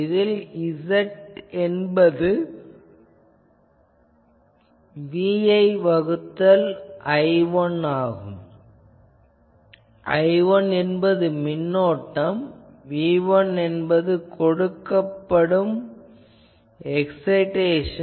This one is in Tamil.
இதில் Z என்பது V1 வகுத்தல் I1 மேலும் I1 என்பது மின்னோட்டம் V1 என்பது கொடுக்கப்படும் எக்சைடேசன்